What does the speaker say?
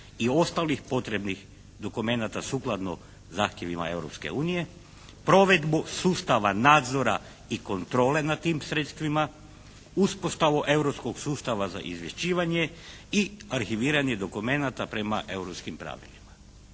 i ostalih potrebnih dokumenata sukladno zahtjevima Europske unije provedbu sustava nadzora i kontrole nad tim sredstvima, uspostavu Europskog sustava za izvješćivanje i arhiviranje dokumenata prema europskim pravilima.